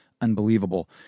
unbelievable